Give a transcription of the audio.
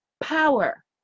power